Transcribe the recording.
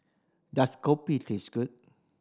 does kopi taste good